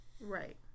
right